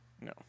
No